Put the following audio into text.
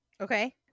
Okay